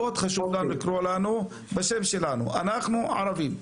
מאוד חשוב לנו שיקראו לנו בשם שלנו, אנחנו ערבים.